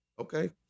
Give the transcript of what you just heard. Okay